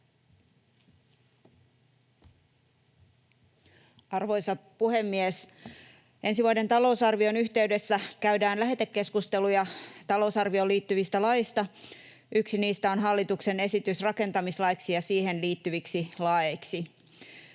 Arvoisa puhemies! Ensi vuoden talousarvion yhteydessä käydään lähetekeskusteluja talousarvioon liittyvistä laeista. Yksi niistä on hallituksen esitys rakentamislaiksi ja siihen liittyviksi laeiksi.